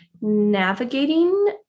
navigating